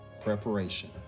Preparation